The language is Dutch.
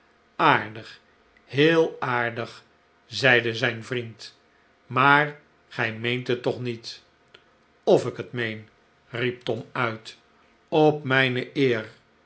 aardig heel aardig zeide zijn vriend maar gij meent het toch niet f ik het meen riep tom uit op mijne eer